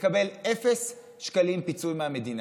יקבל אפס שקלים פיצוי מהמדינה.